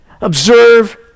observe